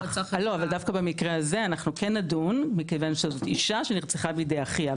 דווקא בנושא הזה אנחנו כן נדון מכיוון שזו אישה שנרצחה בידי אחיה.